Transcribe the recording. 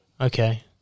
Okay